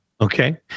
Okay